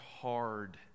hard